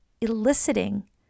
eliciting